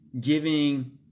giving